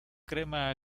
crema